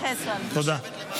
תודה.